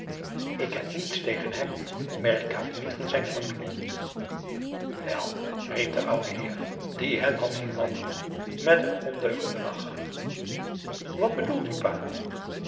ik heb niets tegen hem maar ik houd niet van zijn familie wel riep de oude heer die hen had zien wandelen met een ondeugenden lach wat bedoelt u pa